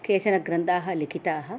केचन ग्रन्थाः लिखिताः